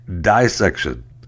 dissection